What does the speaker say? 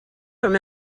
from